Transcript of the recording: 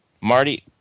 Marty